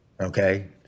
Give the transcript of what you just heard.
Okay